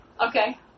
Okay